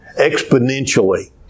exponentially